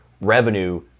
revenue